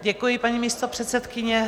Děkuji, paní místopředsedkyně.